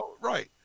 right